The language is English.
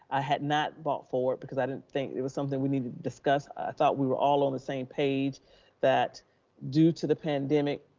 i had not bought forward because i didn't think it was something we needed to discuss. i thought we were all on the same page that due to the pandemic,